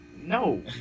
No